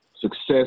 Success